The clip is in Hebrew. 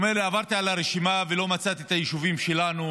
הוא אומר לי: עברתי על הרשימה ולא מצאתי את היישובים שלנו,